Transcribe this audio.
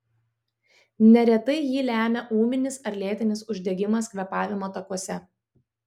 neretai jį lemia ūminis ar lėtinis uždegimas kvėpavimo takuose